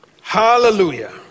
Hallelujah